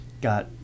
got